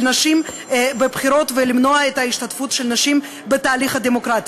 נשים בבחירות ולמנוע את ההשתתפות של נשים בתהליך הדמוקרטי.